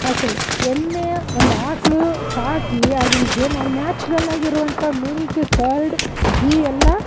actually ಎಮ್ಮೆ ಒಂದು ಆಕ್ಳು ಸಾಕಿ ಆಗಿನ ಜೀವನ ನ್ಯಾಚುರಲಾಗಿರುವಂಥ ಮಿಲ್ಕ್ ಕರ್ಡ್ ಗೀ ಎಲ್ಲ